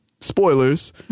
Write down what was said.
spoilers